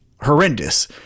horrendous